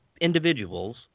individuals